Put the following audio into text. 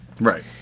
Right